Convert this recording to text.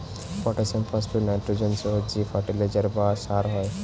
potassium, phosphate, nitrogen সহ যে fertiliser বা সার হয়